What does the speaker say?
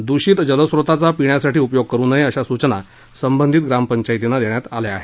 दृषित जलस्त्रोताचा पिण्यासाठी उपयोग करु नये अशा सूचना संबंधित ग्रामपंचायतींना देण्यात आल्या आहेत